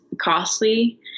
costly